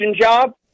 job